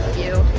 you.